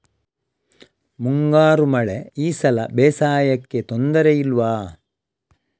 ಮುಂಗಾರು ಮಳೆ ಈ ಸಲ ಬೇಸಾಯಕ್ಕೆ ತೊಂದರೆ ಇಲ್ವ?